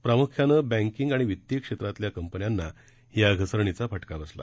प्रामुख्यानं बँकिंग आणि वित्तीय क्षेत्रातल्या कंपन्यांना या घसरणीचा फटका बसला